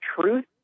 truth